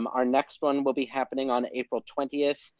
um our next one will be happening on april twentieth.